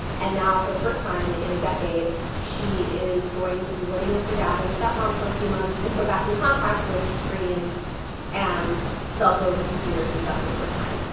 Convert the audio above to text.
and now for the first time in a decade she is going to be living with her dad and stepmom for a few months and put back in contact with screens and cell phones and computers and stuff for the first time.